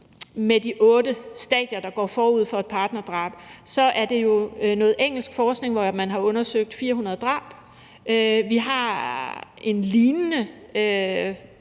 med de otte stadier, der går forud for et partnerdrab, er der jo noget engelsk forskning, hvor man har undersøgt 400 drab. Vi har en lignende